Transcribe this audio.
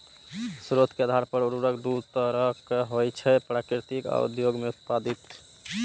स्रोत के आधार पर उर्वरक दू तरहक होइ छै, प्राकृतिक आ उद्योग मे उत्पादित